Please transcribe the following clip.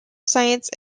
science